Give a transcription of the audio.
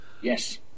Yes